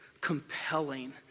Compelling